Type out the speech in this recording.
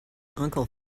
uncle